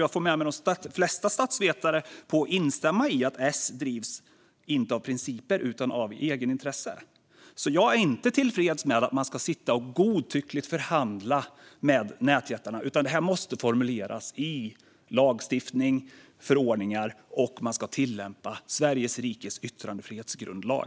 Jag tror att de flesta statsvetare instämmer med mig i att S inte drivs av principer utan av egenintresse. Jag är inte tillfreds med att man ska sitta och godtyckligt förhandla med nätjättarna. Detta måste formuleras i lagstiftning och förordningar, och man ska tillämpa Sveriges rikes yttrandefrihetsgrundlag.